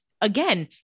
again